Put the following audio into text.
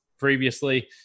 previously